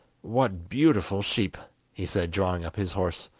what beautiful sheep he said, drawing up his horse.